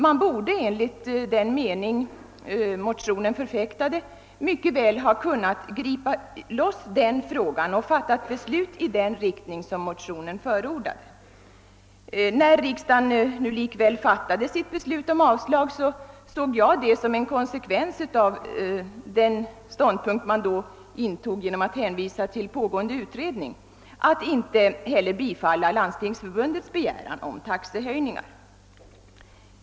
Man borde enligt den mening som förfäktades i motionen mycket väl ha kunnat bryta ut den fråga som avsågs i motionen och fatta beslut i den riktning som där förordades. När riksdagen likväl. fattade beslut om avslag med hänvisning till pågående utredning betraktade jag det som en konsekvens av denna ståndpunkt att inte heller Landstingsförbundets begäran om taxehöjningar bifölls.